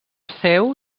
seu